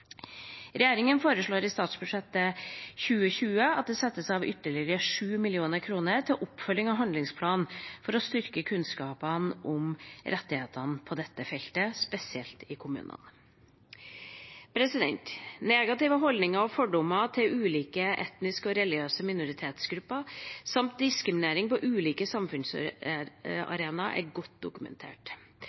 Regjeringa foreslår i statsbudsjettet for 2020 at det settes av ytterligere 7 mill. kr til oppfølging av handlingsplanen for å styrke kunnskapen om rettighetene på dette feltet, spesielt i kommunene. Negative holdninger til og fordommer mot ulike etniske og religiøse minoritetsgrupper samt diskriminering på ulike samfunnsarenaer er godt dokumentert.